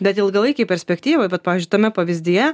bet ilgalaikėj perspektyvoj vat pavyzdžiui tame pavyzdyje